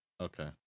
Okay